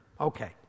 Okay